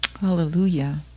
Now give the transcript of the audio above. Hallelujah